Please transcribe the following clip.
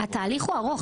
התהליך הוא ארוך.